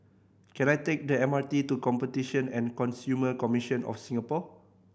can I take the M R T to Competition and Consumer Commission of Singapore